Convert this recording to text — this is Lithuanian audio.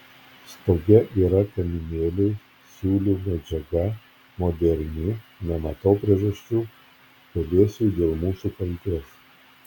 stoge yra kaminėliai siūlių medžiaga moderni nematau priežasčių pelėsiui dėl mūsų kaltės